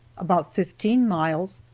about fifteen miles,